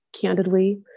candidly